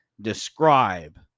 describe